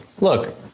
Look